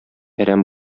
әрәм